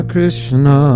Krishna